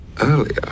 earlier